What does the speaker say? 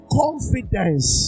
confidence